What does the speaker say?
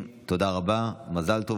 אין נמנעים,